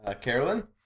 Carolyn